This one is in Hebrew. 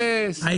זה חלק מהרפורמה.